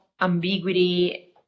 ambiguity